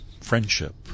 friendship